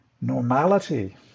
normality